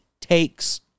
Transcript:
takes